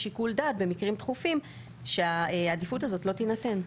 שיקול דעת במקרים דחופים שהעדיפות הזאת לא תינתן.